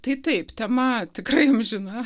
tai taip tema tikrai amžina